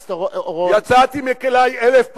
יצאתי מכלי אלף פעמים,